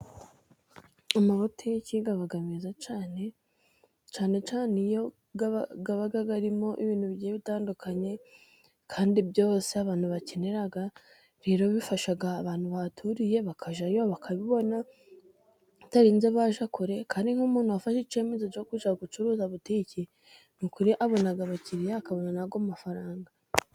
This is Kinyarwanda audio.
Amabutiki aba meza cyane, cyane cyane iyo aba arimo ibintu bigiye bitandukanye, kandi ibyo abantu bakenera, rero bifasha abantu bahaturiye, bakajyayo bakabibona batarinze bajya kure, kandi nk'umuntu wafashe icyemezo cyo gushaka gucuruza butiki, ni ukuri abona abakiriya, akabona n'ayo mafaranga.